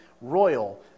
royal